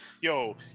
yo